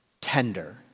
tender